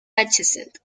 adjacent